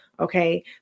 Okay